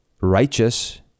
righteous